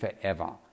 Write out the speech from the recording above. forever